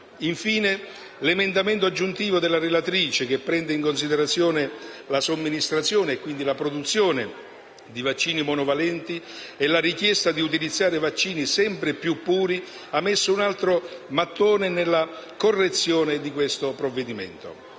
Infine, l'emendamento aggiuntivo della relatrice, che prende in considerazione la somministrazione e quindi la produzione di vaccini monovalenti e la richiesta di utilizzare vaccini sempre più puri, ha messo un altro mattone nella correzione di questo provvedimento.